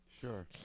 sure